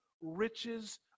riches